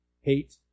Hate